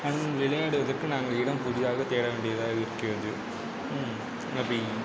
அதுவும் விளையாடுவதற்கு நாங்கள் இடம் புதிதாக தேட வேண்டியதாக இருக்கிறது அப்படி